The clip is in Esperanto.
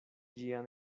ĝia